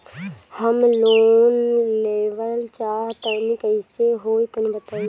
हम लोन लेवल चाह तनि कइसे होई तानि बताईं?